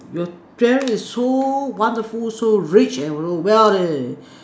your dream is so wonderful so rich and well eh